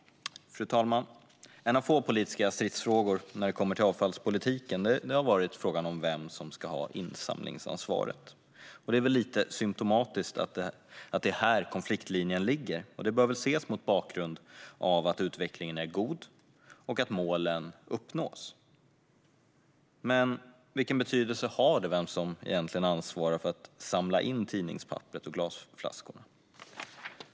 Fru talman! En av få politiska stridsfrågor när det gäller avfallspolitiken är frågan om vem som ska ha insamlingsansvaret. Det är lite symtomatiskt att konfliktlinjen ligger här. Det bör kanske ses mot bakgrunden av att utvecklingen är god och att målen uppnås. Vilken betydelse har det vem som ansvarar för att tidningspapperet och glasflaskorna samlas in?